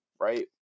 Right